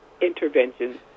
interventions